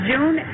June